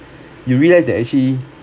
you realize that actually